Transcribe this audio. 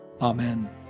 Amen